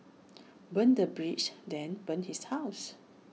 burn the bridge then burn his house